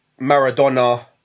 Maradona